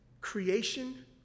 Creation